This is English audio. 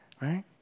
right